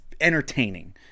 entertaining